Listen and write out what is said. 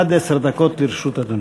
עד עשר דקות לרשות אדוני.